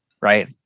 Right